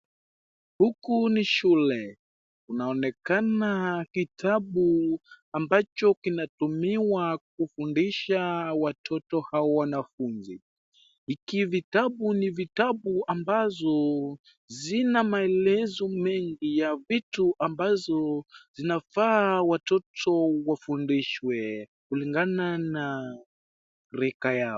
Huku ni shule, kunaonekana kitabu ambacho kinatumiwa kufundisha watoto na wanafunzi. Hiki vitabu ni vitabu ambazo zina maelezo mengi ya vitu ambazo zinafaa watoto wafundishwe, kulingana na rika yao.